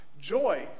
joy